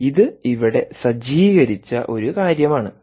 അതിനാൽ ഇത് ഇവിടെ സജ്ജീകരിച്ച ഒരു കാര്യമാണ്